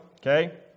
Okay